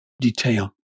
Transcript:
detail